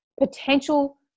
potential